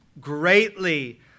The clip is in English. greatly